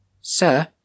Sir